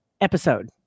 episode